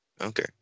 Okay